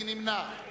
מי נמנע?